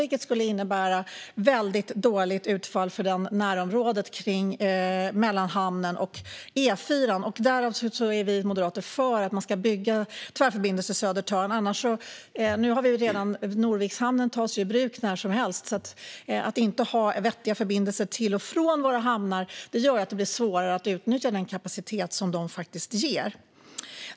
Det skulle innebära ett väldigt dåligt utfall för närområdet mellan hamnen och E4:an. Därav är vi moderater för att bygga Tvärförbindelse Södertörn. Norviks hamn tas i bruk när som helst. Att inte ha vettiga förbindelser till och från våra hamnar gör det svårare att utnyttja deras kapacitet.